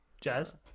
Jazz